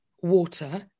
water